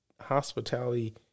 hospitality